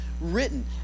written